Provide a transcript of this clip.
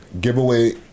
Giveaway